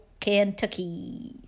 Kentucky